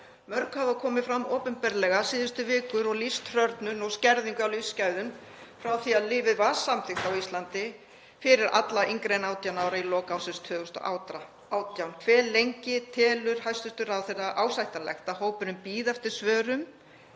Mörg hafa komið fram opinberlega síðustu vikur og lýst hrörnun og skerðingu á lífsgæðum frá því að lyfið var samþykkt á Íslandi fyrir alla yngri en 18 ára í lok ársins 2018. Hve lengi telur hæstv. ráðherra ásættanlegt að hópurinn bíði eftir svörum